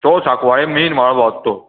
तो सांकवाळे मेन व्हाळ व्हांवता तो